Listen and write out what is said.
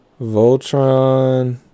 Voltron